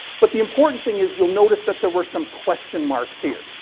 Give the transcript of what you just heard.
but, the important thing is, you'll notice, that there were some question marks here.